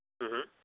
हम्म हम्म